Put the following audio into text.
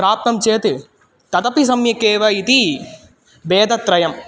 प्राप्तं चेत् तदपि सम्यक् एव इति भेदत्रयम्